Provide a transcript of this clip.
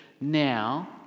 now